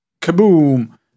Kaboom